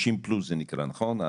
60+ זה נקרא נכון?